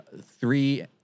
three